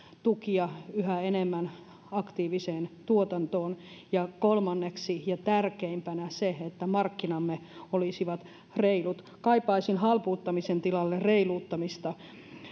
tukia yhä enemmän aktiiviseen tuotantoon ja kolmanneksi ja tärkeimpänä se että markkinamme olisivat reilut kaipaisin halpuuttamisen tilalle reiluuttamista